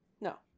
No